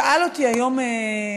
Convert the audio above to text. שאל אותי היום,